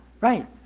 right